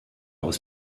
aus